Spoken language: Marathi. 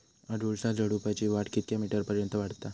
अडुळसा झुडूपाची वाढ कितक्या मीटर पर्यंत वाढता?